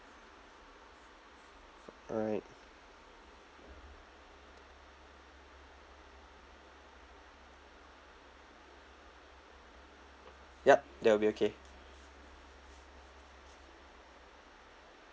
alright yup that'll be okay